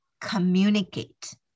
communicate